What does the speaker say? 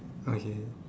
okay